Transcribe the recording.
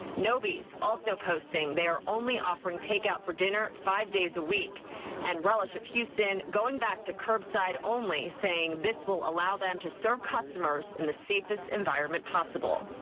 nobody's also posting their only offering takeout for dinner five days a week and relish of houston going back to curbside only saying this will allow them to serve customers in the safest environment possible.